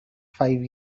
five